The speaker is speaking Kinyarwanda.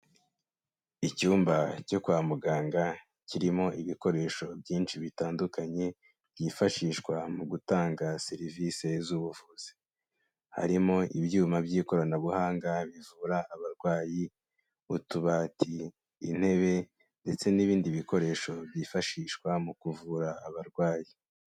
Icyumba cyo kwa muganga kirimo ibikoresho byinshi bitandukanye byifashishwa mu gutanga serivise z'ubuvuzi. Harimo ibyuma by'ikoranabuhanga bivura abarwayi, utubati, intebe, ndetse n'ibindi bikoresho byifashishwa mu kuvura abarwayi.